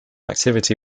activity